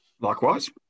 likewise